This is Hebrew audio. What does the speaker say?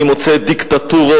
אני מוצא דיקטטורות,